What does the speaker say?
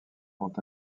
vont